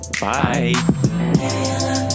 Bye